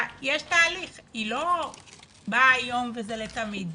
יש תהליך, היא לא באה היום וזה לתמיד.